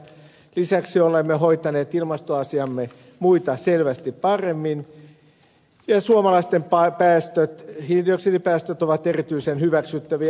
lisäksi olemme hoitaneet ilmastoasiamme muita selvästi paremmin ja suomalaisten hiilidioksidipäästöt ovat erityisen hyväksyttäviä